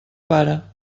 pare